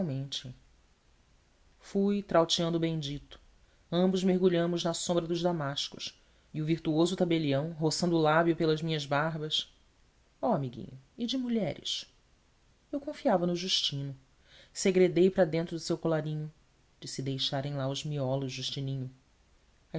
confidencialmente fui trauteando o bendito ambos mergulhamos na sombra dos damascos e o virtuoso tabelião roçando o lábio pelas minhas barbas oh amiginho e de mulheres eu confiava no justino segredei para dentro do seu colarinho de deixarem lá os miolos justininho